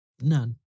None